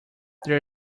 there